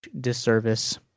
disservice